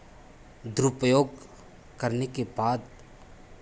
दुरुपयोग करने के बाद